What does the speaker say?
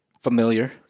familiar